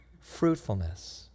fruitfulness